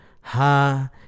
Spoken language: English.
ha